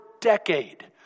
decade